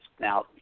Now